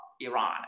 Iran